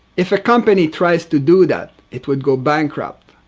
if a company tries to do that, it would go bankrupt.